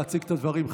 להציג את הדברים.